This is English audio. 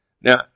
Now